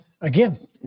again